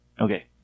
Okay